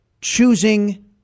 choosing